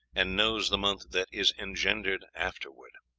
and knows the month that is engendered afterward.